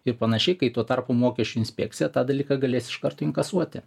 ir panašiai kai tuo tarpu mokesčių inspekcija tą dalyką galės iš karto inkasuoti